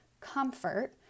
comfort